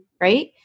Right